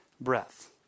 breath